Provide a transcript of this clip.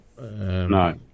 No